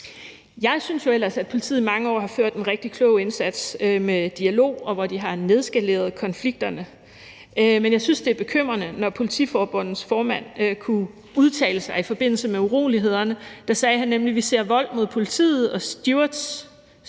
Jeg synes jo ellers, at politiet i mange år har ført en rigtig klog indsats med dialog, hvor de har nedskaleret konflikterne, men jeg synes, det var bekymrende, da Politiforbundets formand udtalte sig i forbindelse med urolighederne. Der sagde han nemlig: »Vi ser vold mod politiet og stewards.«